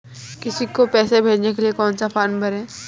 किसी को पैसे भेजने के लिए कौन सा फॉर्म भरें?